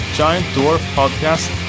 giantdwarfpodcast